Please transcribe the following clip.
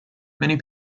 many